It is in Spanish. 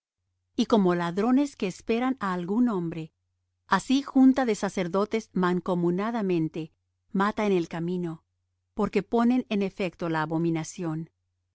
y como ladrones que esperan á algún hombre así junta de sacerdotes mancomunadamente mata en el camino porque ponen en efecto la abominación